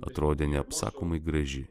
atrodė neapsakomai graži